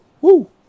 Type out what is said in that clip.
Woo